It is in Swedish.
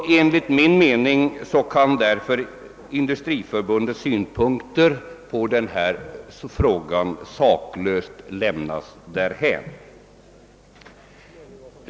Enligt min mening kan därför Industriförbundets synpunkter på den här frågan saklöst lämnas därhän.